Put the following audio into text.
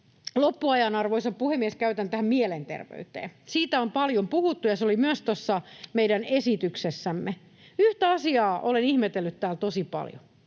loppuajan, arvoisa puhemies, käytän tähän mielenterveyteen. Siitä on paljon puhuttu, ja se oli myös tuossa meidän esityksessämme. Yhtä asiaa olen ihmetellyt täällä tosi paljon.